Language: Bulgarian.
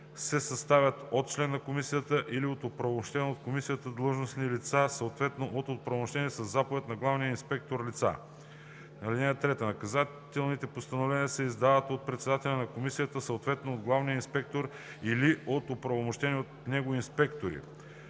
се съставят от член на комисията или от оправомощени от комисията длъжностни лица, съответно от оправомощени със заповед на главния инспектор лица. (3) Наказателните постановления се издават от председателя на комисията, съответно от главния инспектор или от оправомощени от него инспектори.